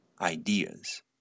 ideas